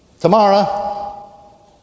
Tomorrow